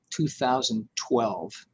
2012